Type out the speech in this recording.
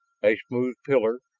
a smooth pillar,